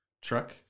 truck